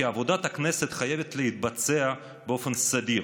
כי עבודת הכנסת חייבת להתבצע באופן סדיר,